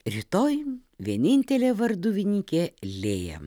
rytoj vienintelė varduvininkė lėja